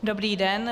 Dobrý den.